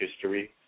history